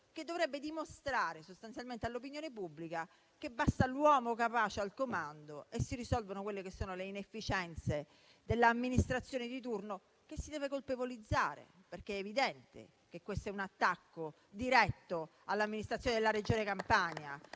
che dovrebbe dimostrare sostanzialmente all'opinione pubblica che basta l'uomo capace al comando per risolvere le inefficienze dell'amministrazione di turno che si deve colpevolizzare. È evidente che questo è un attacco diretto all'amministrazione della Regione Campania,